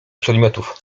przedmiotów